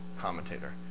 commentator